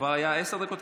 כבר היו עשר דקות,